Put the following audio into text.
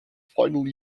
final